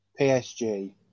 PSG